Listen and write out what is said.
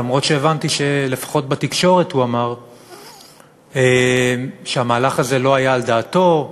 למרות שהבנתי שלפחות בתקשורת הוא אמר שהמהלך הזה לא היה על דעתו,